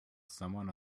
someone